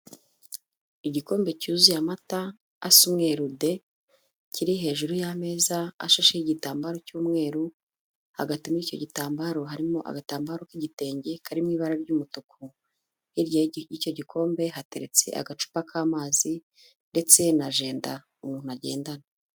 Igikombe cyuzuye amata asa umweru de, kiri hejuru y'ameza ashasheho igitambaro cy'umweru, hagati muri icyo gitambaro harimo agatambaro k'igitenge kari mu ibara ry'umutuku. Hirya y'icyo gikombe hateretse agacupa k'amazi ndetse na jenda umuntu agendana.